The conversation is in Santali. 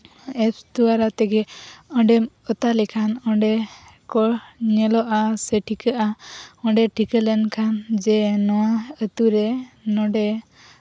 ᱮᱯ ᱫᱳᱣᱟᱨᱟ ᱛᱮᱜᱮ ᱚᱸᱰᱮᱢ ᱚᱛᱟ ᱞᱮᱠᱷᱟᱱ ᱚᱸᱰᱮ ᱠᱚ ᱧᱮᱞᱚᱜᱼᱟ ᱥᱮ ᱴᱷᱤᱠᱟᱹᱜᱼᱟ ᱚᱸᱰᱮ ᱴᱷᱤᱠᱟᱹ ᱞᱮᱱᱠᱷᱟᱱ ᱡᱮ ᱱᱚᱣᱟ ᱟᱹᱛᱩ ᱨᱮ ᱱᱚᱰᱮ